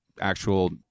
actual